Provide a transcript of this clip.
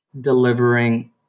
delivering